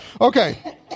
Okay